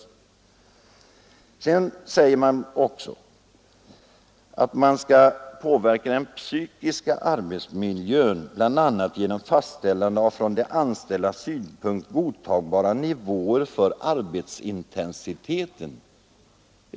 I motionen föreslås vidare att arbetsmiljöinsatserna skall omfatta ”den psykiska arbetsmiljön bl.a. genom fastställande av från de anställdas synpunkt godtagbara nivåer för arbetsintensiteten”.